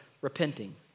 Repenting